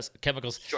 chemicals